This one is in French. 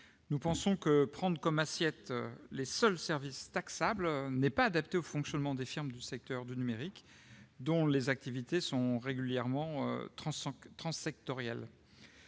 adoptée l'Insee. Prendre comme assiette les seuls services taxables n'est pas adapté au fonctionnement des firmes du secteur du numérique, dont les activités sont souvent transsectorielles.